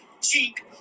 cheek